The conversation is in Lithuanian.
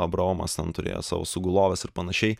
abraomas ten turėjo savo suguloves ir panašiai